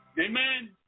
Amen